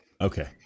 Okay